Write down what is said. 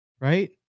Right